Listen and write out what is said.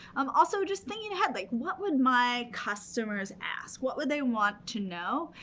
um also, just thinking ahead, like what would my customers ask? what would they want to know?